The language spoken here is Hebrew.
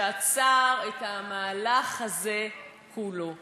שעצר את המהלך הזה כולו.